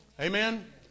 Amen